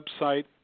website